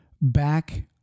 back